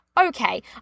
okay